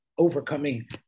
overcoming